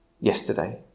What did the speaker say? yesterday